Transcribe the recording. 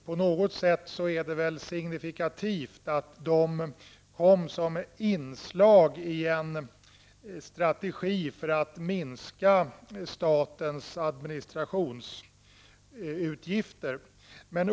På något sätt är det väl signifikativt att de kom som inslag i en strategi för att minska statens administrationsutgifter.